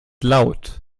laut